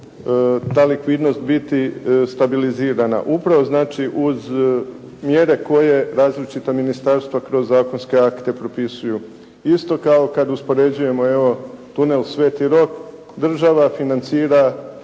ta likvidnost biti stabilizirana. Upravo znači uz mjere koje različita ministarstva kroz zakonske akte propisuju. Isto kao da uspoređujemo evo tunel "sv. Rok" država financira